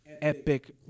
epic